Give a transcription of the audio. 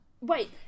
wait